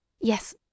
Yes